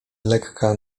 lekka